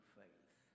faith